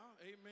Amen